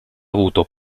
avuto